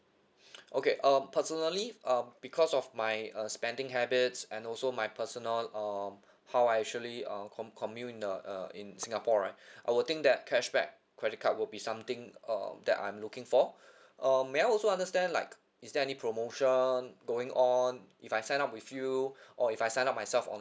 okay um personally uh because of my uh spending habits and also my personal um how I actually uh com~ commune uh uh in singapore right I will think that cashback credit card will be something err that I'm looking for uh may I also understand like is there any promotion going on if I sign up with you or if I sign up myself